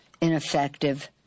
ineffective